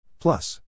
Plus